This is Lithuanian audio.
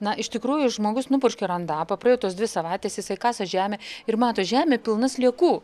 na iš tikrųjų žmogus nupurškė randapą praėjo tos dvi savaitės jisai kasa žemę ir mato žemė pilna sliekų